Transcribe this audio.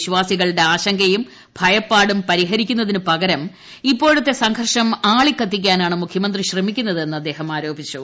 വിശ്വാസികളുടെ ആശങ്കയും ഭയപ്പാടും പരിഹരിക്കുന്നതിന് പകരം ഇപ്പോഴത്തെ സംഘർഷം ആളിക്കത്തിക്കാനാണ് മുഖ്യമന്ത്രി ശ്രമിക്കുന്നതെന്ന് അദ്ദേഹം ആരോപിച്ചു